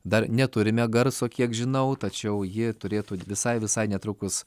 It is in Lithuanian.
dar neturime garso kiek žinau tačiau ji turėtų visai visai netrukus